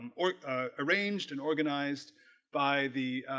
or arranged and organized by the